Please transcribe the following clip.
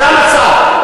זה המצב.